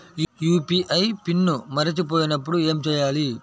UPI PIN మరచిపోయినప్పుడు ఏమి చేయాలి?